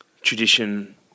tradition